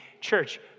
Church